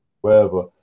wherever